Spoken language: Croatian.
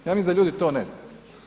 Ja mislim da ljudi to ne znaju.